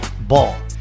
Ball